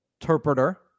interpreter